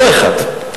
ולא אחד,